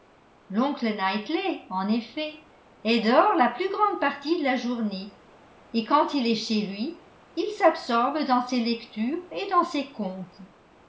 l'oncle knightley en effet est dehors la plus grande partie de la journée et quand il est chez lui il s'absorbe dans ses lectures et dans ses comptes